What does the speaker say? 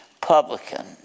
publican